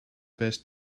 best